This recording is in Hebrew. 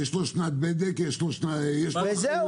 יש לו שנת בדק, יש לו ---.